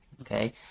Okay